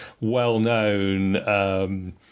well-known